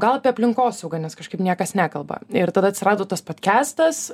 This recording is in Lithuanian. gal apie aplinkosaugą nes kažkaip niekas nekalba ir tada atsirado tas podkestas